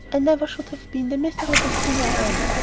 never should have been the miserable thing i am!